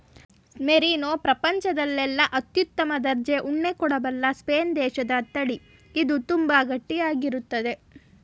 merino ಪ್ರಪಂಚದಲ್ಲೆಲ್ಲ ಅತ್ಯುತ್ತಮ ದರ್ಜೆ ಉಣ್ಣೆ ಕೊಡಬಲ್ಲ ಸ್ಪೇನ್ ದೇಶದತಳಿ ಇದು ತುಂಬಾ ಗಟ್ಟಿ ಆಗೈತೆ